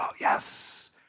yes